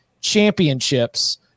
championships